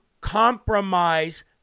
compromise